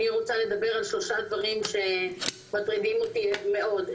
אני רוצה לדבר על שלושה דברים שמטרידים אותי מאוד.